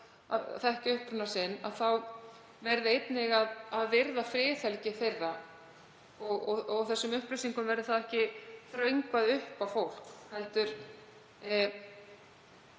þekkja uppruna sinn þá verði einnig að virða friðhelgi þeirra og að þessum upplýsingum verði þá ekki þröngvað upp á fólk heldur